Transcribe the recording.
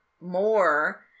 more